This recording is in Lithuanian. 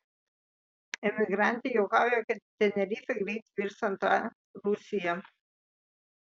emigrantė juokauja kad tenerifė greit virs antra rusija